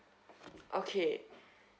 okay